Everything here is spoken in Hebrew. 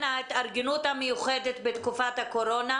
ההתארגנות המיוחדת בתקופת הקורונה,